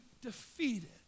defeated